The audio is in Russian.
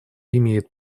имеет